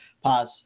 Pause